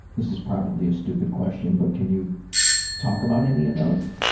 this is probably a stupid question, but can you talk about any of those?